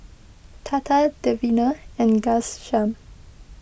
Tata Davinder and Ghanshyam